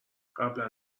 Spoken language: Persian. قبلا